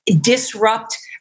disrupt